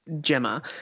Gemma